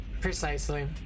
Precisely